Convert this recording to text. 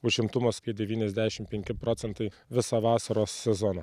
užimtumas kai devyniasdešimt penki procentai visą vasaros sezoną